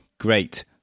great